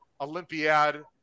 Olympiad